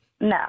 No